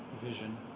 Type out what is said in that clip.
vision